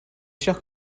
chers